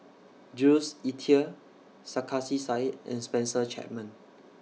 Jules Itier Sarkasi Said and Spencer Chapman